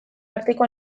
arteko